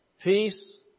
Peace